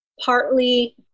partly